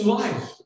life